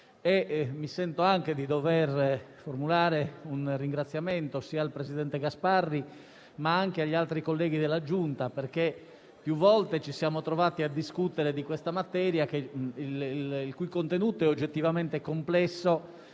Sento anche di dover formulare un ringraziamento sia al presidente Gasparri, sia agli altri colleghi della Giunta, perché più volte ci siamo trovati a discutere di questa materia, il cui contenuto è oggettivamente complesso